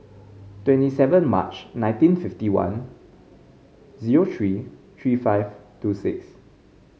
twenty seven March nineteen fifty one zero three three five two six